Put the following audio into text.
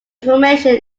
information